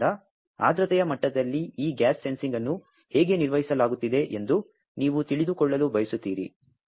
ಆದ್ದರಿಂದ ಆರ್ದ್ರತೆಯ ಮಟ್ಟದಲ್ಲಿ ಈ ಗ್ಯಾಸ್ ಸೆನ್ಸಿಂಗ್ ಅನ್ನು ಹೇಗೆ ನಿರ್ವಹಿಸಲಾಗುತ್ತಿದೆ ಎಂದು ನೀವು ತಿಳಿದುಕೊಳ್ಳಲು ಬಯಸುತ್ತೀರಿ